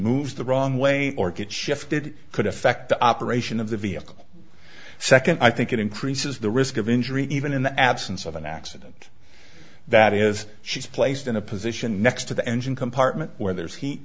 moves the wrong way or get shifted could affect the operation of the vehicle second i think it increases the risk of injury even in the absence of an accident that is she's placed in a position next to the engine compartment where there's heat